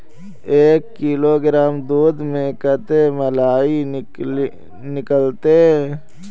एक किलोग्राम दूध में कते मलाई निकलते?